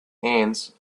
ants